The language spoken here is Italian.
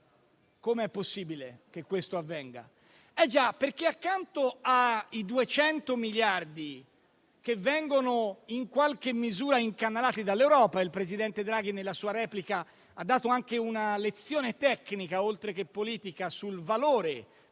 com'è possibile che ciò avvenga. In realtà, accanto ai 200 miliardi che vengono in qualche misura incanalati dall'Europa - il presidente Draghi nella sua replica ha dato anche una lezione tecnica, oltre che politica, sul valore